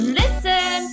listen